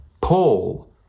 Paul